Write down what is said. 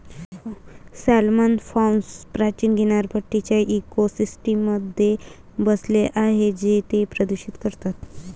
salmon farms प्राचीन किनारपट्टीच्या इकोसिस्टममध्ये बसले आहेत जे ते प्रदूषित करतात